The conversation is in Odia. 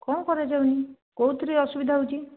କ'ଣ କରାଯାଉନି କେଉଁଥିରେ ଅସୁବିଧା ହେଉଛି